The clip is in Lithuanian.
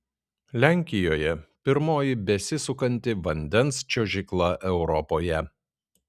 lenkijoje pirmoji besisukanti vandens čiuožykla europoje